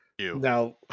Now